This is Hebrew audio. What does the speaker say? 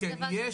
כן,